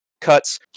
cuts